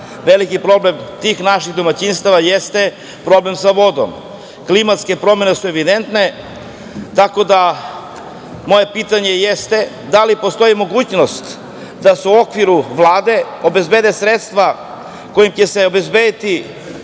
veliki problem tih naših domaćinstava jeste problem sa vodom. Klimatske promene su evidentne. Moje pitanje je da li postoji mogućnost da se u okviru Vlade obezbede sredstva kojim će se obezbediti